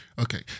Okay